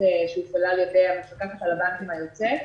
שהופעלה על-ידי המפקחת על הבנקים היוצאת.